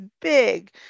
big